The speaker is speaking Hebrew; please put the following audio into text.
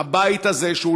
הבית הזה,